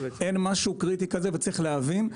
אין משהו קריטי כזה וצריך להבין,